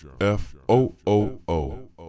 f-o-o-o